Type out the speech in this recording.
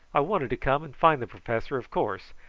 i wanted to come and find the professor, of course,